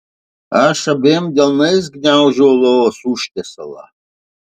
aš abiem delnais gniaužau lovos užtiesalą